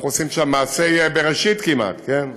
אנחנו עושים שם מעשי בראשית כמעט, כן?